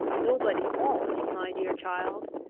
nobody ought, my dear child.